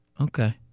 Okay